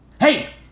Hey